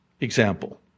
Example